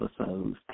episodes